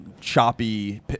choppy